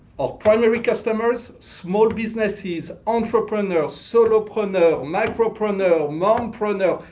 our primary customer is small businesses, entrepreneurs, solo-preneurs, micro-preneurs, mom-preneurs.